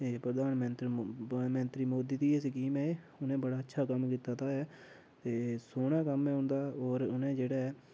एह् प्रधानमंत्री मंत्री मोदी दी गै स्कीम ऐ एह् उ'नें बड़ा अच्छा कम्म कीता दा ऐ ते सोह्ना कम्म उं'दा और उ'नें जेह्ड़ा ऐ